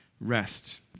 rest